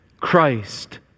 Christ